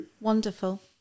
Wonderful